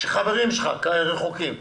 חברים רחוקים שלך.